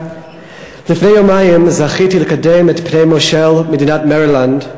לפני יומיים זכיתי לקדם את פני מושל מדינת מרילנד,